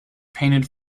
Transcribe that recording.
painted